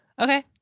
okay